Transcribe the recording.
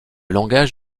langage